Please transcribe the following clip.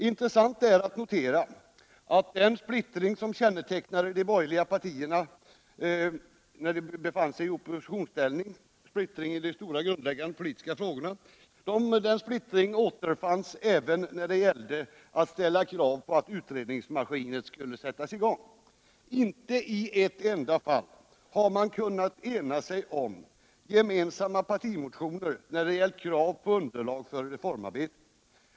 Intressant är att notera att den splittring i de stora, grundläggande politiska frågorna som kännetecknade de borgerliga partierna när de befann sig i oppositionsställning återfanns även när det gällde att ställa krav på att utredningsmaskineriet skulle sättas i gång. Inte i ett enda fall har de kunnat ena sig om gemensamma partimotioner när det gäller krav på underlag för reformarbetet.